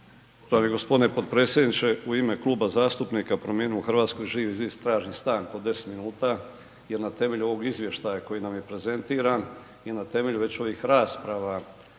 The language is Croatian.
gospodine potpredsjedniče. U ime Kluba zastupnika Promijenimo Hrvatsku i Živi zid tražim stanku od 10 minuta jer na temelju ovog izvještaja koji nam je prezentiran i na temelju već ovih rasprava,